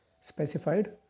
Specified